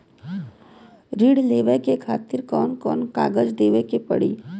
ऋण लेवे के खातिर कौन कोन कागज देवे के पढ़ही?